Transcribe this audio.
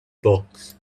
box